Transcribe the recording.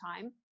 time